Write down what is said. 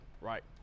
right